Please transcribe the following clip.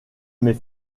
mes